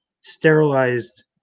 sterilized